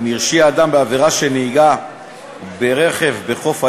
אם הרשיע אדם בעבירה של נהיגה ברכב בחוף הים,